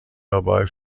dabei